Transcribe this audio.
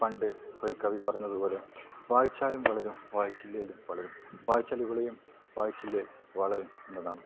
പണ്ട് ഒരു കവി പറഞ്ഞതുപോലെ വായിച്ചാലും വളരും വായിച്ചില്ലേലും വളരും വായിച്ചാൽ വിളയും വായിച്ചില്ലേൽ വളയും എന്നതാണ്